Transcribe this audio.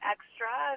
Extra